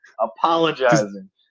apologizing